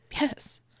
Yes